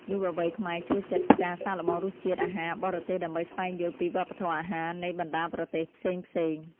យុវវ័យខ្មែរចូលចិត្តការសាកល្បងរសជាតិអាហារបរទេសដើម្បីស្វែងយល់ពីវប្បធម៌អាហារនៃបណ្តាប្រទេសផ្សេងៗ។